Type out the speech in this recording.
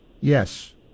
Yes